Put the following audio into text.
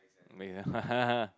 make sense